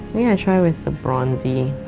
maybe i try with the bronzey